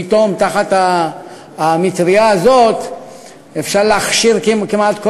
פתאום תחת המטרייה הזאת אפשר להכשיר כמעט כל